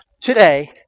today